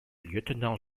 lieutenant